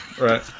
Right